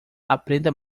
aprenda